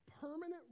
permanent